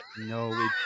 No